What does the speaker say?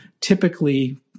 typically